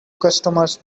customers